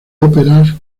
óperas